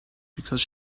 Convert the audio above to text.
because